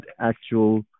actual